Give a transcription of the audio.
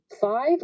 Five